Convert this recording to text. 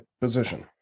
position